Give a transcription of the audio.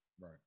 right